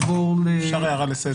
אפשר הערה לסדר?